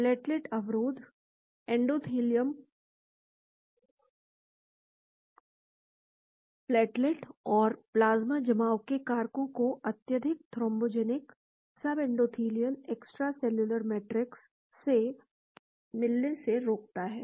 platelet अवरोध endothelium platelet और plasma जमाव के कारकों को अत्यधिक thrombogenic subendothelial extracellular matrix से मिलने से रोकता है